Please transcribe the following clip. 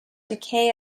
decay